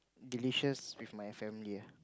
delicious with my family ah